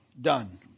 done